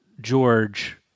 George